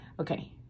okay